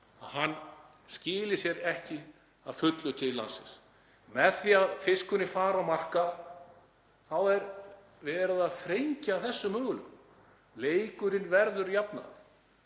skili sér ekki að fullu til landsins. Með því að fiskurinn fari á markað er verið að þrengja að þessum möguleikum. Leikurinn verður jafnaður